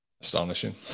Astonishing